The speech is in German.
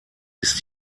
ist